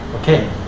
Okay